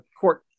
court